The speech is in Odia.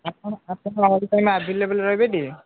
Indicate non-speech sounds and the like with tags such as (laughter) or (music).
ଆପଣ ଆପଣ (unintelligible) ଆଭେଲେବେଲ୍ ରହିବେଟି